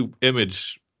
image